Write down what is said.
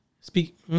speak